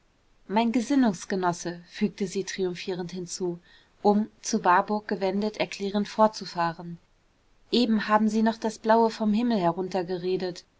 mein gesinnungsgenosse fügte sie triumphierend hinzu um zu warburg gewendet erklärend fortzufahren eben haben sie noch das blaue vom himmel herunter